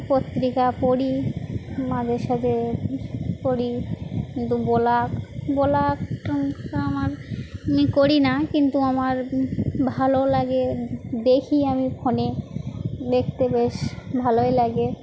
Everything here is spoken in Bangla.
পত্রিকা পড়ি মাঝেসাঝে পড়ি কিন্তু ব্লগ ব্লগ আমার আমি করি না কিন্তু আমার ভালো লাগে দেখি আমি ফোনে দেখতে বেশ ভালোই লাগে